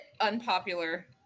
unpopular